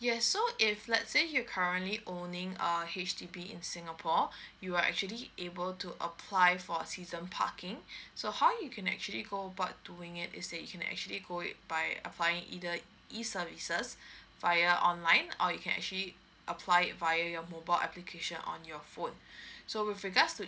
yes so if let's say you currently owning a H_D_B in singapore you are actually able to apply for a season parking so how you can actually go about doing it is that you can actually go it by applying either E services via online or you can actually apply it via your mobile application on your phone so with regards to